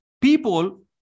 people